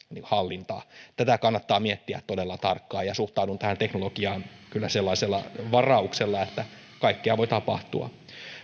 hallintaan tätä kannattaa miettiä todella tarkkaan ja suhtaudun tähän teknologiaan kyllä sellaisella varauksella että kaikkea voi tapahtua